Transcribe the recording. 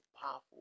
powerful